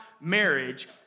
marriage